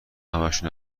همشون